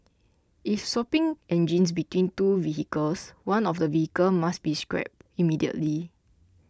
if swapping engines between two vehicles one of the vehicles must be scrapped immediately